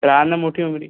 तर आणा मोठी उंगडी